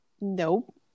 Nope